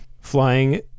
flying